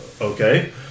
Okay